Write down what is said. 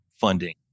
funding